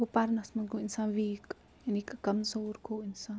گوٚو پَرنَس منٛز گوٚو اِنسان ویٖک یعنی کہِ کمزور گوٚو اِنسان